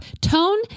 Tone